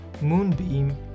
Moonbeam